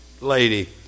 lady